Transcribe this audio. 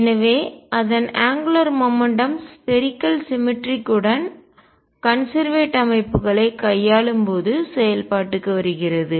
எனவே அதன் angular momentum கோண உந்தம் ஸ்பேரிக்கல் சிமெட்ரிக் யுடன் கோள சமச்சீர் கன்செர்வேட் அமைப்புகளைக் கையாளும் போது செயல்பாட்டுக்கு வருகிறது